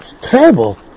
terrible